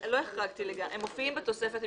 הם מופיעים בתוספת.